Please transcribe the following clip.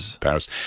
Paris